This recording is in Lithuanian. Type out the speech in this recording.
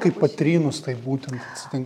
kai patrynus tai būtent atsitinka